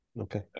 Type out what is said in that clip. okay